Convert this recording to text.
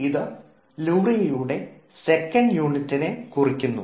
ഇത് ലൂറിയയുടെ സെക്കൻഡ് യൂണിറ്റിനെ കുറിക്കുന്നു